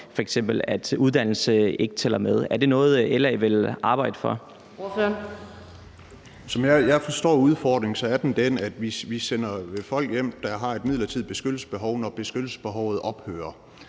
Ordføreren. Kl. 15:03 Alex Vanopslagh (LA): Som jeg forstår udfordringen, er den den, at vi sender folk hjem, der har et midlertidigt beskyttelsesbehov, når beskyttelsesbehovet ophører.